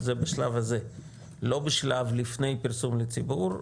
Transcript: זה בשלב הזה ולא בשלב שלפני פרסום לציבור,